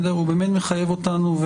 הוא באמת מחייב אותנו.